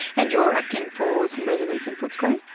and you're acting for some residents in footscray?